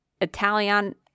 italian